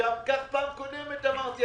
גם כך פעם קודמת אמרתי,